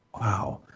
Wow